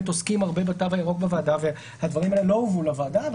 עוסקים הרבה בתו הירוק בוועדה והדברים האלה לא הובאו לוועדה,